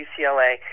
ucla